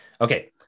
Okay